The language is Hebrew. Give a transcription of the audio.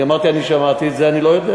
אני אמרתי, אני שמעתי, את זה אני לא יודע.